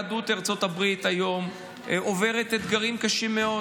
יהדות ארצות הברית היום עוברת אתגרים קשים מאוד.